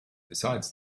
besides